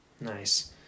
nice